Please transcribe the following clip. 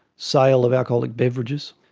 sale of alcoholic beverages,